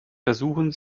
versuchen